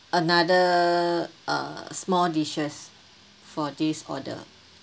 another uh small dishes for this order